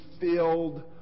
filled